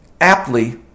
aptly